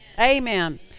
Amen